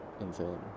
insane